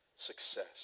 Success